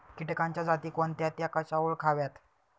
किटकांच्या जाती कोणत्या? त्या कशा ओळखाव्यात?